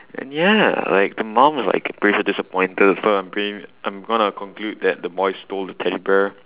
and yeah like the mom's like pretty disappointed but I am pretty I am gonna conclude that the boy stole the teddy bear